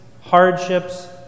hardships